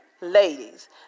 ladies